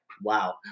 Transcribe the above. Wow